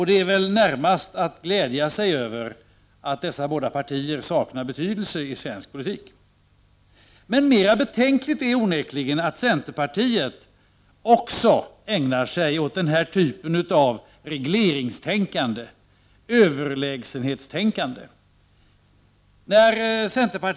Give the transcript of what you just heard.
Det är väl närmast något att glädja sig över, att dessa både partier saknar betydelse i svensk politik. Mera betänkligt är onekligen att också centerpartiet ägnar sig åt den här typen av regleringstänkande och överlägsenhetstänkande.